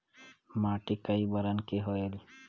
माटी कई बरन के होयल?